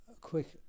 quick